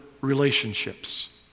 relationships